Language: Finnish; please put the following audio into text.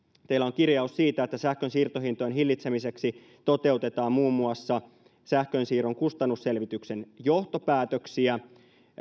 teillä on kirjaus siitä että sähkönsiirtohintojen hillitsemiseksi toteutetaan muun muassa sähkönsiirron kustannusselvityksen johtopäätöksiä